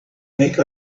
make